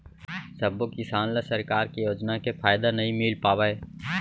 सबो किसान ल सरकार के योजना के फायदा नइ मिल पावय